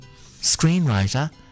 Screenwriter